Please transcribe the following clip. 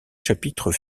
chapitre